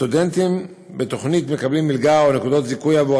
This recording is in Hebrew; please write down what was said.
הסטודנטים בתוכנית מקבלים מלגה או נקודות זיכוי עבור